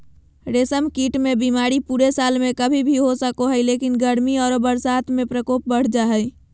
रेशम कीट मे बीमारी पूरे साल में कभी भी हो सको हई, लेकिन गर्मी आरो बरसात में प्रकोप बढ़ जा हई